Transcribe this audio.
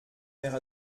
mère